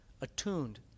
attuned